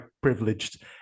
privileged